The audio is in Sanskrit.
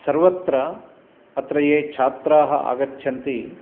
सर्वत्र अत्र ये छात्राः आगच्छन्ति